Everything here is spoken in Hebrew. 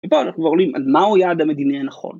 ופה אנחנו עולים על מהו יעד המדיני הנכון.